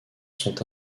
sont